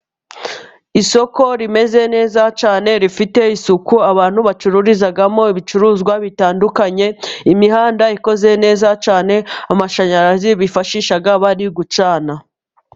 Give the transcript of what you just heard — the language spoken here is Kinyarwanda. Isoko rimeze neza cyane rifite isuku abantu bacururizamo ibicuruzwa bitandukanye, imihanda ikoze neza cyane, amashanyarazi bifashisha bari gucana.